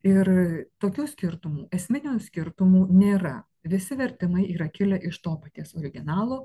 ir tokių skirtumų esminių skirtumų nėra visi vertimai yra kilę iš to paties originalo